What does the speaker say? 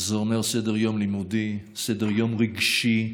זה אומר סדר-יום לימודי, סדר-יום רגשי,